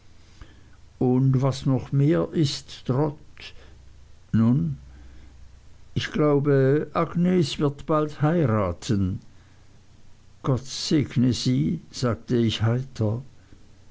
und was noch mehr ist trot nun ich glaube agnes wird bald heiraten gott segne sie sagte ich heiter